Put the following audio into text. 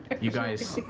you guys,